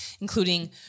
including